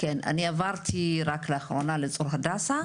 אני עברתי רק לאחרונה לצור הדסה,